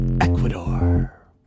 Ecuador